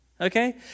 Okay